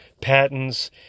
patents